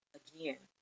again